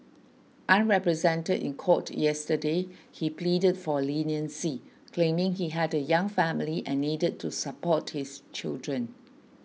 unrepresented in court yesterday he pleaded for leniency claiming he had a young family and needed to support his children